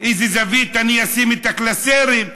באיזו זווית אני אשים את הקלסרים.